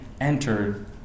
entered